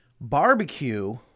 barbecue